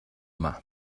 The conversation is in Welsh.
yma